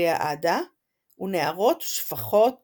באיליאדה ”...ונערות שפחות